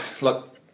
look